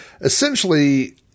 essentially